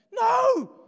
No